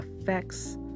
affects